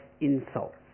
insults